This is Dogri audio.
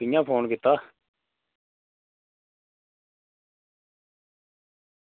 कियां फोन कीता